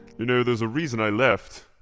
you know, there's a reason i left.